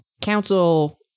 Council